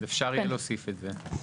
אז אפשר יהיה להוסיף את זה.